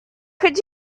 could